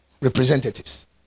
representatives